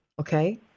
okay